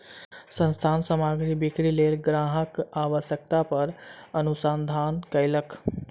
संस्थान सामग्री बिक्रीक लेल ग्राहकक आवश्यकता पर अनुसंधान कयलक